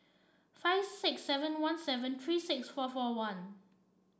five six seven one seven three six four four one